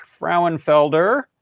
Frauenfelder